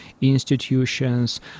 institutions